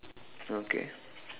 okay